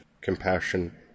compassion